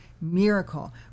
miracle